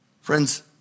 Friends